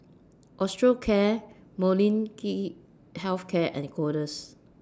Osteocare Molnylcke Health Care and Kordel's